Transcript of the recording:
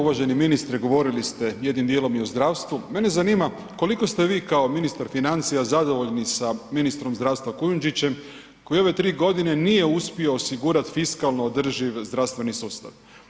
Uvaženi ministre govorili ste jednim dijelom i o zdravstvu, mene zanima koliko ste vi kao ministar financija zadovoljni sa ministrom zdravstva Kujundžićem koji u ove 3.g. nije uspio osigurat fiskalno održiv zdravstveni sustav.